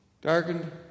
Darkened